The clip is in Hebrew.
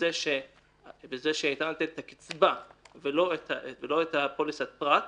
בזה שהיא היתה נותנת את הקצבה ולא את פוליסת הפרט,